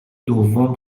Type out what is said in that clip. دوم